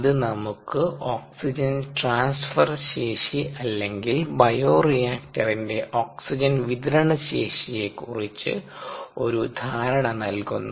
അത് നമുക്ക് oxygen transfer ശേഷി അല്ലെങ്കിൽ ബയോറിയാക്റ്ററിന്റെ ഓക്സിജൻ വിതരണ ശേഷി യെ കുറിച്ച് ഒരു ധാരണ നൽകുന്നു